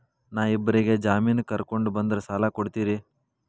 ನಾ ಇಬ್ಬರಿಗೆ ಜಾಮಿನ್ ಕರ್ಕೊಂಡ್ ಬಂದ್ರ ಸಾಲ ಕೊಡ್ತೇರಿ?